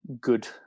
good